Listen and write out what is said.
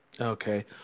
Okay